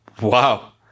Wow